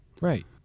Right